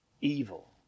Evil